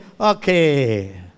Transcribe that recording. Okay